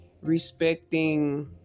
respecting